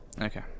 Okay